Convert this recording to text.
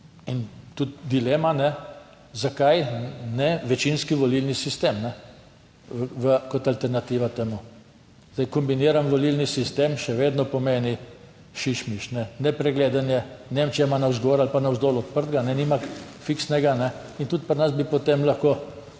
In tudi dilema zakaj ne, večinski volilni sistem kot alternativa temu. Zdaj kombiniran volilni sistem še vedno pomeni šišmiš, nepregleden je. Nemčija ima navzgor ali pa navzdol odprtega, nima fiksnega. In tudi pri nas bi potem lahko